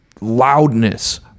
loudness